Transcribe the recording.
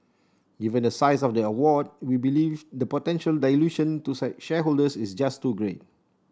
given the size of the award we believe the potential dilution to shareholders is just too great